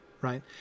right